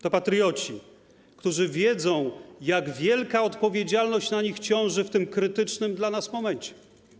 To patrioci, którzy wiedzą, jak wielka odpowiedzialność na nich ciąży w tym krytycznym dla nas momencie.